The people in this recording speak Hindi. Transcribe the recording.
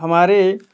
हमारे